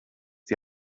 die